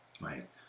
right